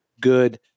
good